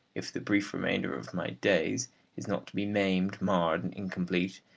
if the brief remainder of my days is not to be maimed, marred, and incomplete,